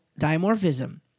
dimorphism